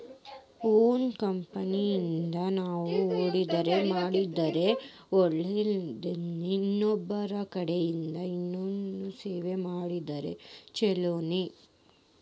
Own capital ಇಂದಾ ನಾವು ಹೂಡ್ಕಿ ಮಾಡಿದ್ರ ಛಲೊನೊಇಲ್ಲಾ ಇನ್ನೊಬ್ರಕಡೆ ಇಸ್ಕೊಂಡ್ ಮಾಡೊದ್ ಛೊಲೊನೊ?